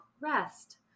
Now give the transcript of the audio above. rest